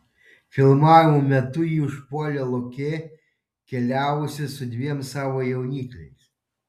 filmavimo metu jį užpuolė lokė keliavusi su dviem savo jaunikliais